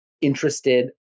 interested